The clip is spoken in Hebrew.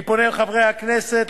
אני פונה אל חברי הכנסת,